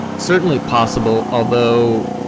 certainly possible, although